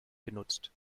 genutzt